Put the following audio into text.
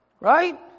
Right